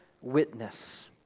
witness